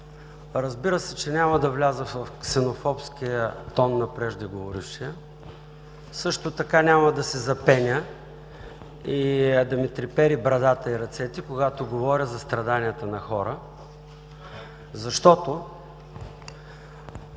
Разбира се, че няма да вляза в ксенофобския тон на преждеговорившия, също така няма да се запеня и да ми треперят брадата и ръцете, когато говоря за страданията на хора, защото